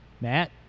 Matt